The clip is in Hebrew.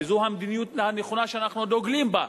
וזו המדיניות הנכונה שאנחנו דוגלים בה,